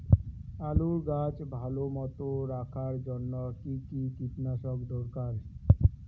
আলুর গাছ ভালো মতো রাখার জন্য কী কী কীটনাশক দরকার?